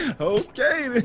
Okay